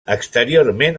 exteriorment